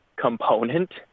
component